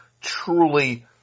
truly